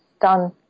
done